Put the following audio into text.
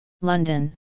London